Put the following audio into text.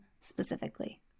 specifically